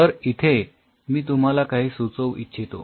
तर इथे मी तुम्हाला काही सुचवू इच्छितो